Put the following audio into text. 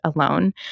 alone